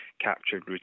captured